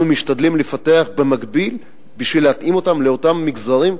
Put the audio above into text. אנחנו משתדלים לפתח במקביל בשביל להתאים אותם למגזרים,